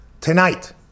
Tonight